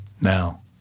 now